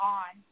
on